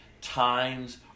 Times